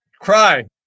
Cry